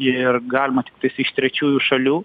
ir galima tiktais iš trečiųjų šalių